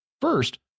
First